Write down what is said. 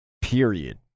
period